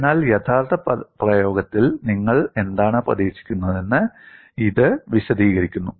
അതിനാൽ യഥാർത്ഥ പ്രയോഗത്തിൽ നിങ്ങൾ എന്താണ് പ്രതീക്ഷിക്കുന്നതെന്ന് ഇത് വിശദീകരിക്കുന്നു